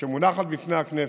שמונחת בפני הכנסת,